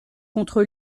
contre